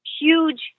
huge